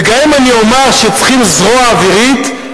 ואם אני אומר שצריך זרוע אווירית,